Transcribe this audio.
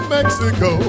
Mexico